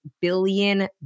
billion